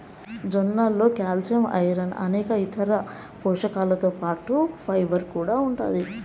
జొన్నలలో calcium, iron అనేక ఇతర పోషకాలతో పాటు ఫైబర్ కూడా ఉంటాది